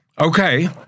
Okay